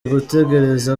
gutekereza